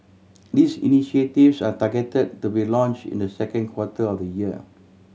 these initiatives are targeted to be launched in the second quarter of the year